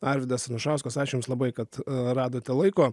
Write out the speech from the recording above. arvydas anušauskas ačiū jums labai kad radote laiko